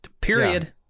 period